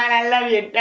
i love you,